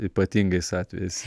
ypatingais atvejais